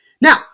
Now